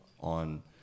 On